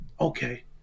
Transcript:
okay